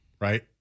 right